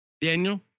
Daniel